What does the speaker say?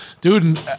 Dude